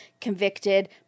convicted